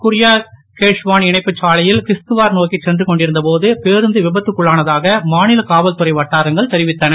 குரியா கேஷ்வான் இணைப்புச் சாலையில் கிஷ்த்வார் நோக்கி சென்று கொண்டிருந்த போது பேருந்து விபத்துக்குன்ளானதாக மாநில காவல்துறை வட்டாரங்கள் தெரிவித்தன